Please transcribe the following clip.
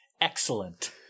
Excellent